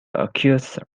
accused